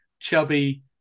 chubby